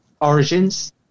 Origins